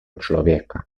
člověka